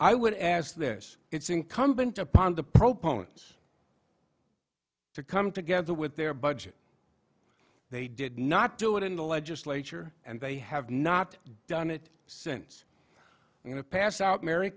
i would ask this it's incumbent upon the pro pones to come together with their budget they did not do it in the legislature and they have not done it since you know passout mar